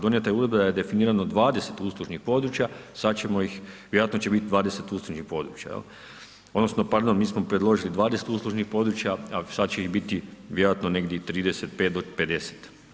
Donijeta je uredba da je definirano 20 uslužnih područja, sada ćemo ih, vjerojatno će biti 20 uslužnih područja, odnosno pardon, mi smo predložili 20 uslužnih područja a sada će ih biti vjerojatno negdje 35 do 50.